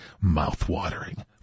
Mouth-watering